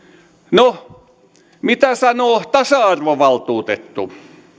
no mitä sanoo tasa arvovaltuutettu